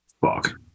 Fuck